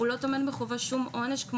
הוא לא טומן בחובו שום עונש.